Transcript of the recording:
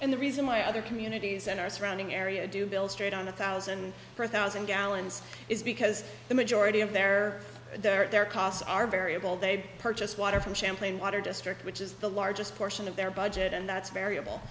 and the reason why other communities and our surrounding area do build straight on a thousand per thousand gallons is because the majority of their their costs are variable they purchase water from champlain water district which is the largest portion of their budget and that's variable